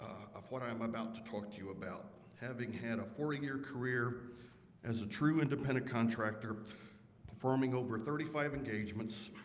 of what i am about to talk to you about having had a four-year career as a true independent contractor performing over thirty-five engagements